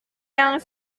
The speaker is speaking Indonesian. yang